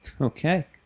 Okay